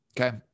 Okay